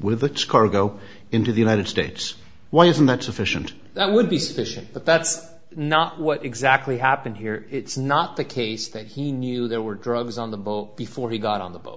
with the cargo into the united states why isn't that sufficient that would be sufficient but that's not what exactly happened here it's not the case that he knew there were drugs on the boat before he got on the boat